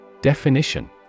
Definition